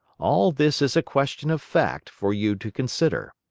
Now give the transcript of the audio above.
all this is a question of fact for you to consider.